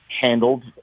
handled